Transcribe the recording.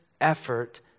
effort